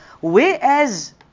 Whereas